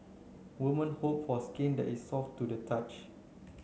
women hope for skin that is soft to the touch